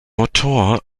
motor